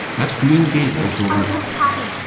that's green gables over oh, don't tell me,